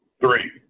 three